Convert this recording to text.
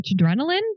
adrenaline